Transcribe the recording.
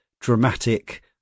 dramatic